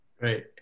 right